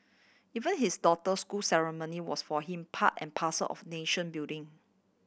even his daughter's school ceremony was for him part and parcel of nation building